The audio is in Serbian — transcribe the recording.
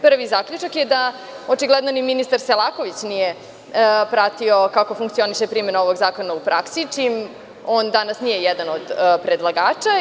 Prvi zaključak je da očigledno ni ministar Selaković nije pratio kako funkcioniše primena ovog zakona u praksi, čim on danas nije jedan od predlagača.